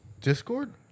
Discord